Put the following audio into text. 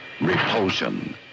Repulsion